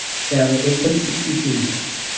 so it it took sixty two years.